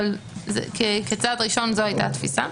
אבל כצעד ראשון זו היתה התפיסה,